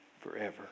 forever